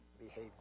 behavior